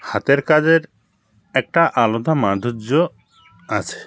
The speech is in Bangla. হাতের কাজের একটা আলাদা মাধুর্য আছে